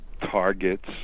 targets